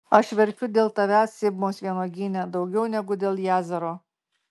aš verkiu dėl tavęs sibmos vynuogyne daugiau negu dėl jazero